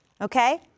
okay